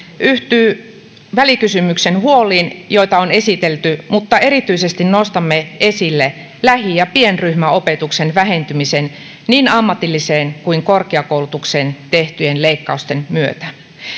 yhtyy välikysymyksen huoliin joita on esitelty mutta erityisesti nostamme esille lähi ja pienryhmäopetuksen vähentymisen niin ammatilliseen kuin korkeakoulutukseen tehtyjen leikkausten myötä